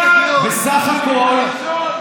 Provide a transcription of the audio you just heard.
בסך הכול,